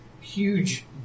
huge